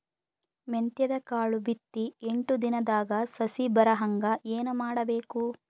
ಮೆಂತ್ಯದ ಕಾಳು ಬಿತ್ತಿ ಎಂಟು ದಿನದಾಗ ಸಸಿ ಬರಹಂಗ ಏನ ಮಾಡಬೇಕು?